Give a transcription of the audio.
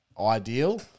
ideal